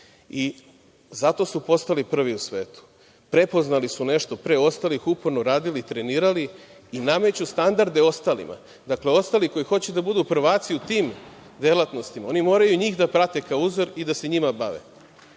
i zato su postali prvi u svetu. Prepoznali su nešto pre ostalih, uporno radili, trenirali i nameću standarde ostalima. Dakle, ostali koji hoće da budu prvaci u tim delatnostima, oni moraju njih da prate kao uzor i da se njima bave. Isto